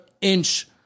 inch